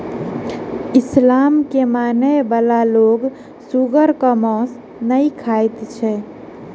इस्लाम के मानय बला लोक सुगरक मौस नै खाइत अछि